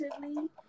relatively